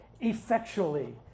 effectually